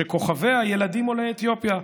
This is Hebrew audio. שכוכביה ילדים עולי אתיופיה.